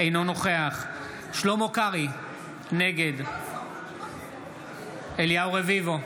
אינו נוכח שלמה קרעי, נגד אליהו רביבו,